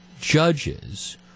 judges